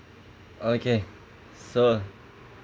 okay so